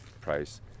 price